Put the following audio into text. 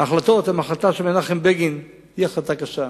ההחלטות, ההחלטה של מנחם בגין היא החלטה קשה.